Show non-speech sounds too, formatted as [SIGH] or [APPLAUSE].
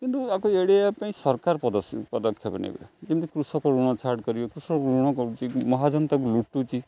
କିନ୍ତୁ ଆକୁ ଏଡ଼ାଇବା ପାଇଁ ସରକାର [UNINTELLIGIBLE] ପଦକ୍ଷେପ ନେବେ ଯେମିତି କୃଷକ ଋଣ ଛାଡ଼ କରିବେ କୃଷକ ଋଣ କରୁଛି ମହାଜନ ତାକୁ ଲୁଟୁଛି